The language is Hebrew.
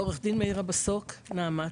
עו"ד מאירה בסוק, נעמ"ת.